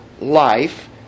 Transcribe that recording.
life